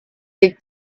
big